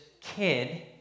kid